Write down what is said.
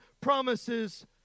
promises